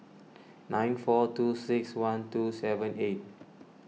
nine four two six one two seven eight